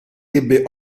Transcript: ebbe